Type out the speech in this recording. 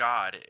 God